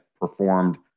performed